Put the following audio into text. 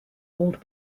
old